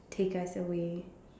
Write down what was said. take us away